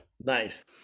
Nice